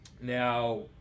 Now